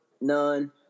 none